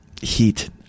heat